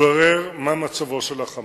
התברר מה מצבו של ה"חמאס".